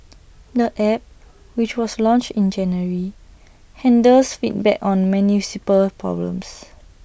the app which was launched in January handles feedback on municipal problems